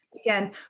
Again